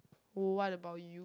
what about you